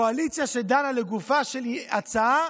אלא הקואליציה דנה לגופה של הצעה